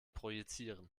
projizieren